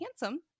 handsome